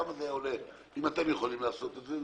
כמה זה היה עולה אילו אתם יכולתם לעשות את זה?